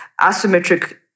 asymmetric